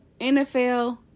NFL